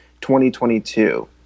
2022